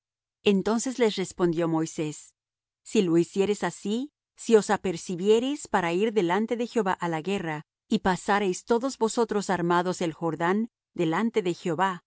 entonces les respondió moisés si lo hiciereis así si os apercibiereis para ir delante de jehová á la guerra y pasareis todos vosotros armados el jordán delante de jehová